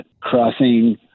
crossing